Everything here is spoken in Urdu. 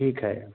ٹھیک ہے